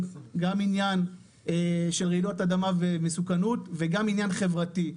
גם עניין של רעידות אדמה ומסוכנות וגם עניין חברתי.